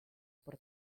por